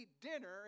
dinner